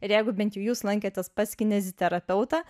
ir jeigu bent jau jūs lankėtės pas kineziterapeutą